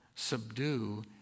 Subdue